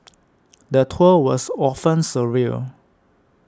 the tour was often surreal